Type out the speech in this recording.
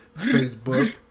Facebook